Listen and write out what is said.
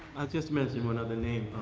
i'll just mention one other name.